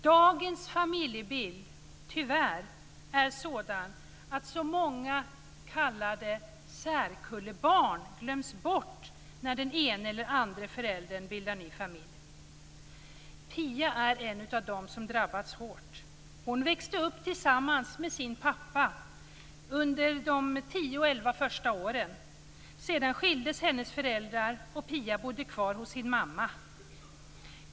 Dagens familjebild är, tyvärr, sådan att många s.k. särkullebarn glöms bort när den ena föräldern bildar ny familj. Pia är en av dem som drabbats hårt. Hon växte upp tillsammans med sin pappa under de tio elva första åren. Sedan skildes föräldrarna och Pia bodde kvar hos sin mamma.